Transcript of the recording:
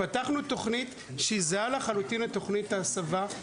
פתחנו תכנית זהה לחלוטין לתכנית ההסבה.